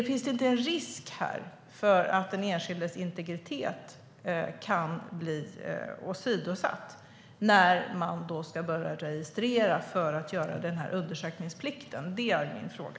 Finns det inte en risk här för att den enskildes integritet kan bli åsidosatt när man ska börja registrera för att göra den här undersökningsplikten? Det är min fråga.